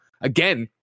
again